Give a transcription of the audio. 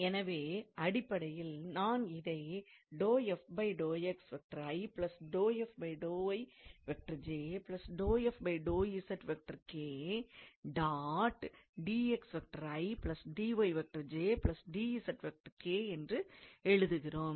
எனவே அடிப்படையில் நான் இதை என்று எழுதுகிறேன்